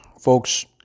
Folks